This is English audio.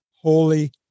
holy